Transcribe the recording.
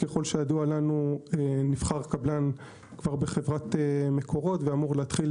ככל שידוע לנו נבחר קבלן בחברת מקורות ואמרו להתחיל